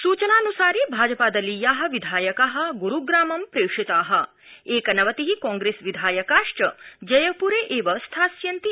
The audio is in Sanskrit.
सूचनान्सारि भाजपादलीया विधायका ग्रूग्रामं प्रेषिता एकनवति कांग्रेस्विधायकाश्च जयप्रे एव स्थास्यन्ति